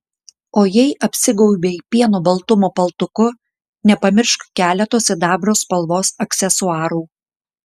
o jei apsigaubei pieno baltumo paltuku nepamiršk keleto sidabro spalvos aksesuarų